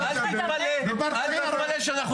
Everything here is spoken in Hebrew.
פתוח לתקשורת,